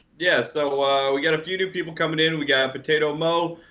yeah, so ah we got a few new people coming in. and we got potato mo,